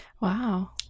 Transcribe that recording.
Wow